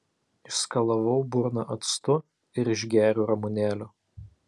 išskalavau burną actu ir išgėriau ramunėlių